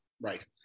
Right